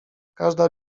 każda